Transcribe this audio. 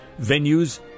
venues